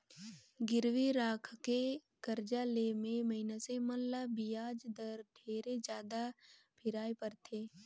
गिरवी राखके करजा ले मे मइनसे मन ल बियाज दर ढेरे जादा फिराय परथे